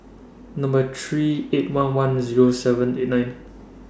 Number three eight one one Zero seven eight nine